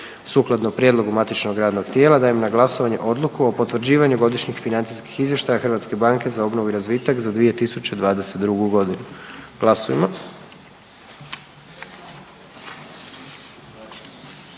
Sukladno prijedlogu matičnog radnog tijela dajem na glasovanje Odluku o potvrđivanju Godišnjih financijski izvještaj HBOR-a za 2022.g.. Glasujmo.